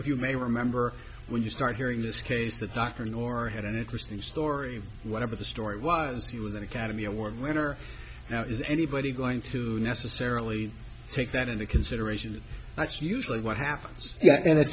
of you may remember when you start hearing this case the doctor nor i had an interesting story whatever the story was he was an academy award winner now is anybody going to necessarily take that into consideration that's usually what happens and it's